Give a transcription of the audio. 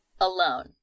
alone